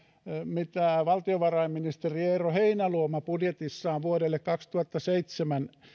mitä valtiovarainministeri eero heinäluoma budjetissaan vuodelle kaksituhattaseitsemän